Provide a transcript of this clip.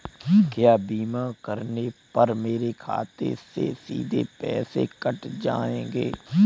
क्या बीमा करने पर मेरे खाते से सीधे पैसे कट जाएंगे?